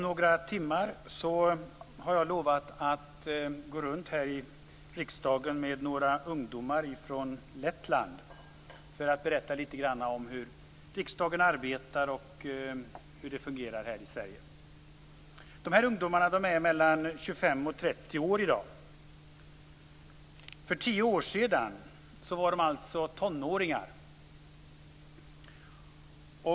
Fru talman! Jag har lovat att gå runt här i riksdagen om några timmar med några ungdomar från Lettland. Jag skall berätta litet grand om hur riksdagen arbetar och hur det fungerar här i Sverige. De här ungdomarna är i dag 25-30 år. För tio år sedan var de alltså tonåringar.